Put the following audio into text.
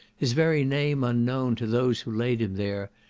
his very name unknown to those who laid him there,